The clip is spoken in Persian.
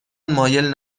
مایل